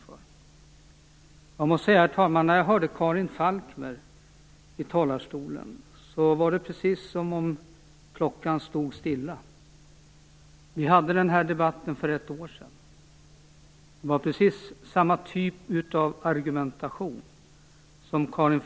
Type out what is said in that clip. När jag hörde Karin Falkmers anförande var det som om klockan hade stått stilla. Vi hade motsvarande debatt för ett år sedan, då Karin Falkmer använde precis samma typ av argumentation som nu.